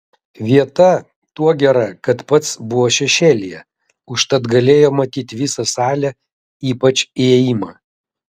vieta tuo gera kad pats buvo šešėlyje užtat galėjo matyti visą salę ypač įėjimą